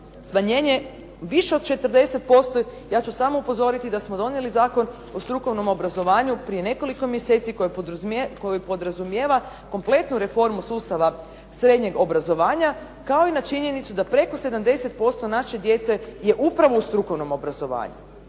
smanjenje više od 40%. Ja ću samo upozoriti da smo donijeli Zakon o strukovnom obrazovanju prije nekoliko mjeseci koji podrazumijeva kompletnu reformu sustava srednjeg obrazovanja kao i na činjenicu da preko 70% naše djece je upravo u strukovnom obrazovanju.